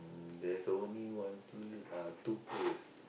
there's only one pl~ uh two place